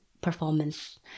performance